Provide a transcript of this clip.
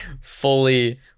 Fully